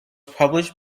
published